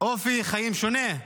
אופי חיים שונה.